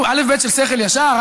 אלף-בית של שכל ישר,